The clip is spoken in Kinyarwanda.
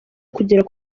kugera